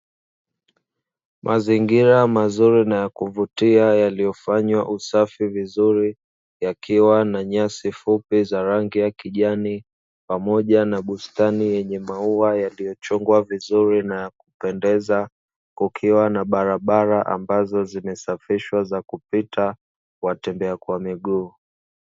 Mazingira mazuri na ya kuvutia yaliyofanywa usafi vizuri yakiwa na nyasi fupi za kijani pamoja na bustani yenye maua yaliyochongwa vizuri na ya kupendeza, kukiwa na barabara ambazo zimesafishwa za kupita watembea kwa miguu.